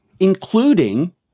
Including